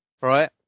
right